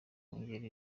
kongera